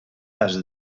cas